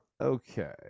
Okay